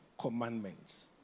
commandments